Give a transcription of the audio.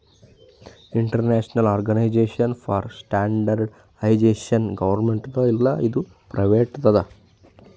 international organisation for standardisation ಗೌರ್ಮೆಂಟ್ದು ಇಲ್ಲ ಇದು ಪ್ರೈವೇಟ್ ಅದಾ